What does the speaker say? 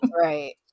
Right